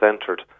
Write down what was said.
entered